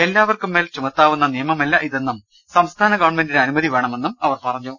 എല്ലാവർക്കും മേൽ ചുമത്താവുന്ന നിയമമല്ല ഇതെന്നും സംസ്ഥാന ഗവൺമെന്റിന്റെ അനുമതി വേണമെന്നും അവർ കോഴിക്കോട്ട് പറഞ്ഞു